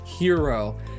hero